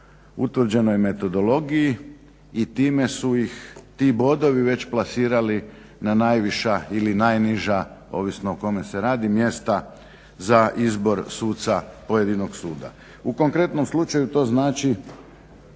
utvrđenoj metodologiji i time su ih ti bodovi već plasirali na najviša ili najniža, ovisno o kome se radi mjesta, za izbor suca pojedinog suda. U konkretnom slučaju to znači